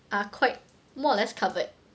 are quite more or less covered